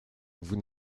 vous